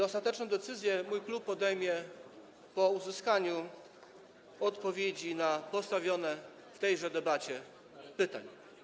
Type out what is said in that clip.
Ostateczną decyzję mój klub podejmie po uzyskaniu odpowiedzi na postawione w trakcie tejże debaty pytania.